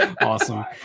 Awesome